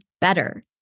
better